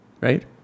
right